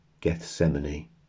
Gethsemane